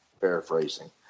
paraphrasing